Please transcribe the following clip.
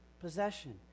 Possession